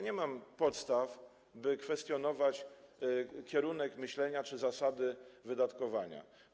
Nie mam podstaw, by kwestionować kierunek myślenia czy zasady wydatkowania.